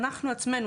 אנחנו עצמנו,